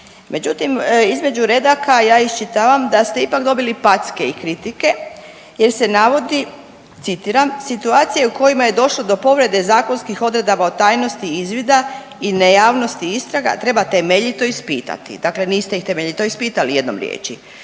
Međutim, između redaka ja iščitavam da ste ipak dobili packe i kritike jer se navodi citiram situacije u kojima je došlo do povrede zakonskih odredaba o tajnosti izvida i nejavnosti istraga treba temeljito ispitati. Dakle, niste ih temeljito ispitali jednom riječi.